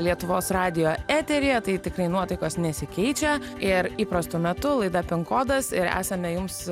lietuvos radijo eteryje tai tikrai nuotaikos nesikeičia ir įprastu metu laida pinkodas ir esame jums